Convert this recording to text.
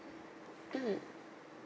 mm